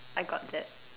I got that